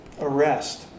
arrest